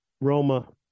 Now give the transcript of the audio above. Roma